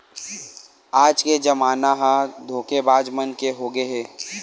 आज के जमाना ह धोखेबाज मन के होगे हे